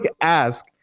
ask